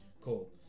Cool